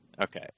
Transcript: Okay